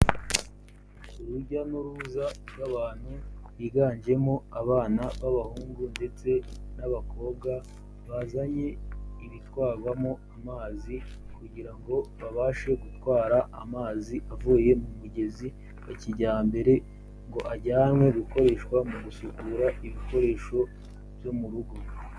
Urujya n'uruza rw'abantu biganjemo abana b'abahungu ndetse n'abakobwa, bazanye ibitwarwamo amazi kugira ngo babashe gutwara amazi avuye mu mugezi wa kijyambere ngo ajyanwe gukoreshwa mu gusukura ibikoresho byo mu rugo.